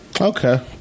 Okay